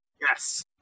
yes